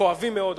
כואבים מאוד,